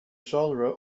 genre